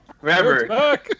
Remember